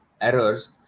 errors